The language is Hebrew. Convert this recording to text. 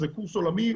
שזה קורס עולמי,